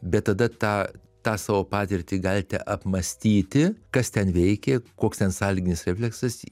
bet tada tą tą savo patirtį galite apmąstyti kas ten veikė koks ten sąlyginis refleksas